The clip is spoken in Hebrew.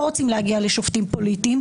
לא רוצים להגיע לשופטים פוליטיים,